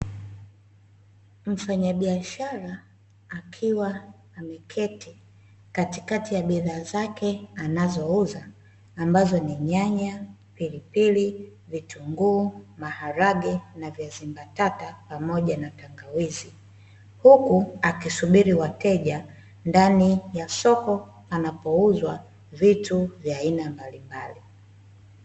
Mfanyabiashara akiwa ameketi katikati ya bidhaa zake anazouza ambazo ni nyanya, pilipili, vitunguu, maharage na viazi mbatata pamoja na tangawizi huku akisubiri wateja ndani ya soko anapouza vitu vya aina mbalimbali.